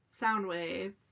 Soundwave